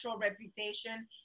reputation